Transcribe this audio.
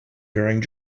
during